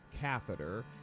catheter